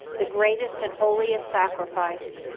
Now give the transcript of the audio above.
the greatest and holiest sacrifice,